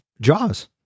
Jaws